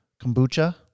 kombucha